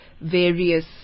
various